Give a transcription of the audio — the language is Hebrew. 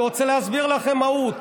אבל אני רוצה להסביר לכם מהות.